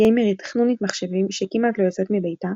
גיימרית 'חנונית-מחשבים' שכמעט לא יוצאת מביתה.